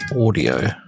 audio